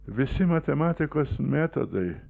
visi matematikos metodai